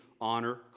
honor